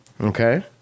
okay